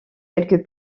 quelques